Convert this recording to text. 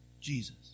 Jesus